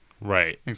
Right